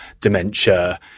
dementia